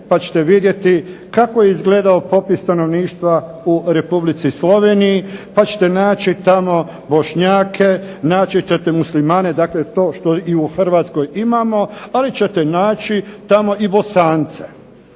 pa ćete vidjeti kako je izgledao popis stanovništva u Republici Sloveniji, pa ćete naći tamo Bošnjake, naći ćete Muslimane. Dakle, to što i u Hrvatskoj imamo. Ali ćete naći tamo i Bosance.